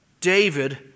david